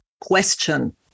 question